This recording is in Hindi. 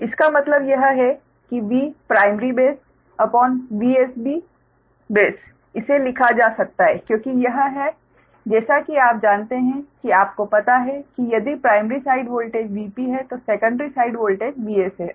इसका मतलब यह है कि Vprimary baseVsB base इसे लिखा जा सकता है क्योंकि यह है जैसा कि आप जानते हैं कि आपको पता है कि यदि प्राइमरी साइड वोल्टेज Vp है तो सेकेंडरी साइड वोल्टेज Vs है